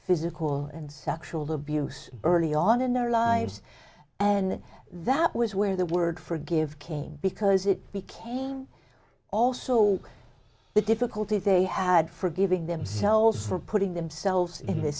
physical and sexual abuse early on in their lives and that was where the word forgive came because it became also the difficulty they had for giving themselves for putting themselves in th